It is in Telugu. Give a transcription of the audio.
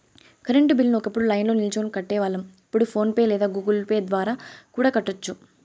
కరెంటు బిల్లుని ఒకప్పుడు లైన్ల్నో నిల్చొని కట్టేవాళ్ళం, ఇప్పుడు ఫోన్ పే లేదా గుగుల్ పే ద్వారా కూడా కట్టొచ్చు